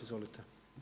Izvolite.